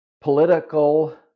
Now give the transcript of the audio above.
political